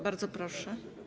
Bardzo proszę.